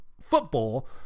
football